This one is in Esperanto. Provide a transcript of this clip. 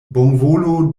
bonvolu